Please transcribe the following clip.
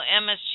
MSG